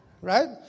right